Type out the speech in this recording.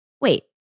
wait